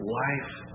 life